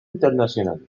internacional